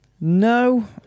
No